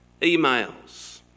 emails